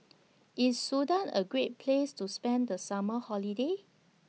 IS Sudan A Great Place to spend The Summer Holiday